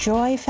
Joy